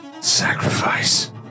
Sacrifice